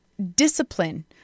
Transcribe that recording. discipline